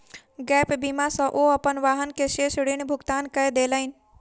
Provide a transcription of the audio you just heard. gap बीमा सॅ ओ अपन वाहन के शेष ऋण भुगतान कय देलैन